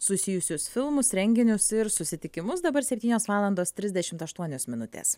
susijusius filmus renginius ir susitikimus dabar septynios valandos trisdešimt aštuonios minutės